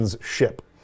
ship